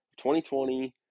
2020